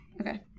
Okay